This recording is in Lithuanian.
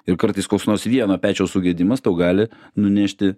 ir kartais koks nors vieno pečiaus sugedimas tau gali nunešti